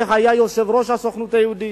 בילסקי, שהיה יו"ר הסוכנות היהודית.